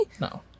No